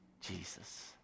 Jesus